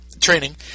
training